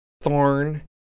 thorn